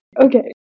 okay